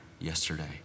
yesterday